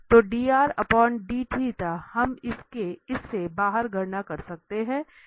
तो तो हम इससे बाहर गणना कर सकते हैं इसलिए